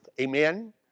Amen